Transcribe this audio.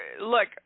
Look